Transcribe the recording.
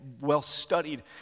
well-studied